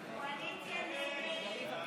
הצעת סיעת ישראל ביתנו להביע